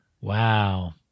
Wow